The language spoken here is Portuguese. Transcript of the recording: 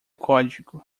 código